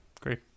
Great